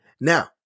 Now